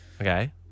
Okay